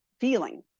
feeling